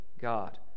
God